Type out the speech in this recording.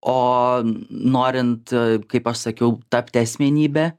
o norint kaip aš sakiau tapti asmenybe